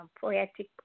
Poetic